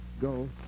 go